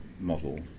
model